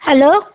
hello